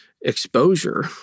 exposure